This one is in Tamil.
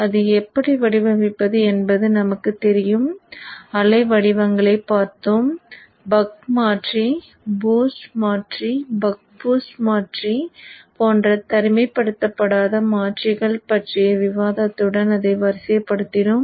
அதை எப்படி வடிவமைப்பது என்பது நமக்கு தெரியும் அலை வடிவங்களைப் பார்த்தோம் பக் மாற்றி பூஸ்ட் மாற்றி பக் பூஸ்ட் மாற்றி போன்ற தனிமைப்படுத்தப்படாத மாற்றிகள் பற்றிய விவாதத்துடன் அதை வரிசைப்படுத்தினோம்